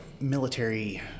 military